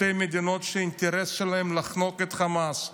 שתי מדינות שהאינטרס שלהן הוא לחנוק את חמאס.